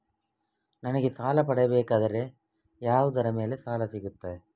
ನನಗೆ ಸಾಲ ಪಡೆಯಬೇಕಾದರೆ ಯಾವುದರ ಮೇಲೆ ಸಾಲ ಸಿಗುತ್ತೆ?